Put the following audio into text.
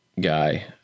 guy